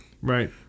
right